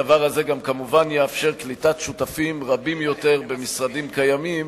הדבר יאפשר כמובן גם קליטת שותפים רבים יותר במשרדים קיימים